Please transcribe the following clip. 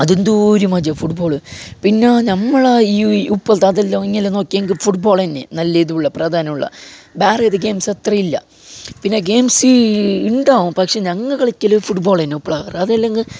അതെന്തോരം മജ്ജാ ഫുട്ബോള് പിന്നെ ഞമ്മളാ ഈ ഇപ്പളത്തെ അതെല്ലാം നോക്കിയാൽ ഫുട്ബോള് തന്നെ നല്ല ഇതുള്ള പ്രധാനമുള്ള വേറെ ഏത് ഗെയിംസ് അത്രയും ഇല്ല പിന്നെ ഗെയിംസ് ഉണ്ടാകും പക്ഷേ ഞങ്ങൾ കളിക്കല് ഫുട്ബോൾ തന്നെ അതില്ലെങ്കിൽ